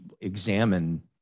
examine